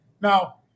Now